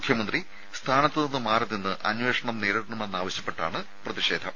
മുഖ്യമന്ത്രി സ്ഥാനത്തുനിന്ന് മാറി നിന്ന് അന്വേഷണം നേരിടണമെന്ന് ആവശ്യപ്പെട്ടാണ് പ്രതിഷേധം